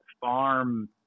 farm